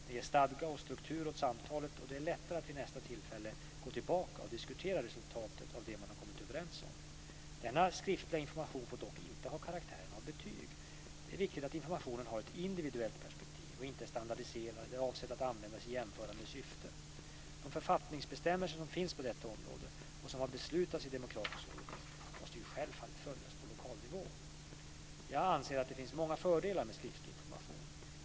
Den ger stadga och struktur åt samtalet, och det är lättare att vid nästa tillfälle gå tillbaka och diskutera resultatet av det man kommit överens om. Denna skriftliga information får dock inte ha karaktären av betyg. Det är viktigt att informationen har ett individuellt perspektiv och inte är standardiserad eller avsedd att användas i jämförande syfte. De författningsbestämmelser som finns på detta område och som har beslutats i demokratisk ordning måste självfallet följas på lokal nivå. Jag anser att det finns många fördelar med skriftlig information.